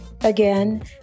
Again